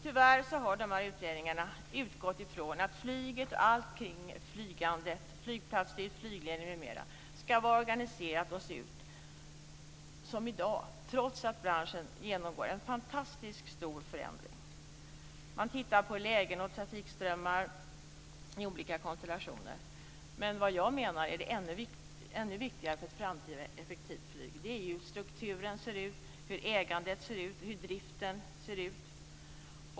Tyvärr har dessa utredningar utgått från att flyget och allt runtomkring - flygplatsdrift, flygledning m.m. - ska vara organiserat och se ut som i dag, trots att branschen genomgår en fantastiskt stor förändring. Man tittar på lägen och trafikströmmar i olika konstellationer. Men jag menar att det för att det ska bli ett framtida effektivt flyg är ännu viktigare hur strukturen ser ut, hur ägandet ser ut och hur driften ser ut.